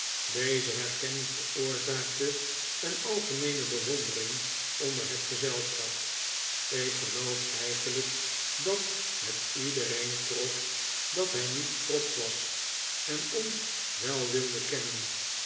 deze herkenning veroorzaakte een algemeene bewondering onder het gezelschap ik geloof eigenlijk dat het iedereen trof dat hij niet trotsch was en ons wel wilde kennen